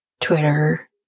Twitter